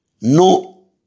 no